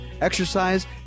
exercise